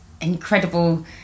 incredible